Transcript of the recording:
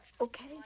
Okay